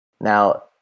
Now